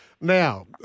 Now